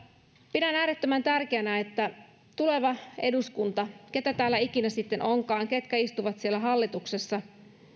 pidän äärettömän tärkeänä että tuleva eduskunta keitä täällä ikinä sitten onkaan ne ketkä istuvat hallituksessa